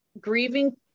grieving